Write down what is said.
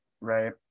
Right